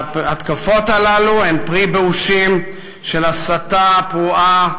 ההתקפות הללו הן פרי באושים של הסתה פרועה,